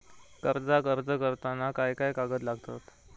कर्जाक अर्ज करताना काय काय कागद लागतत?